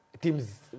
teams